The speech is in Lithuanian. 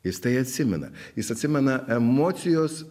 jis tai atsimena jis atsimena emocijos